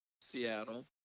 Seattle